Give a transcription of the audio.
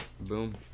Boom